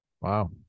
Wow